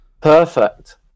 Perfect